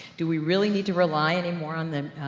do we really need to rely anymore on the,